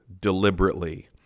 deliberately